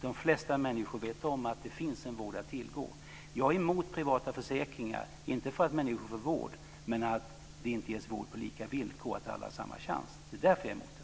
De flesta människor vet om att det finns en vård att tillgå. Jag är emot privata försäkringar, inte för att människor får vård, utan därför att det inte ges vård på lika villkor och alla inte har samma chans. Det är därför jag är emot dem.